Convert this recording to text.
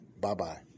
Bye-bye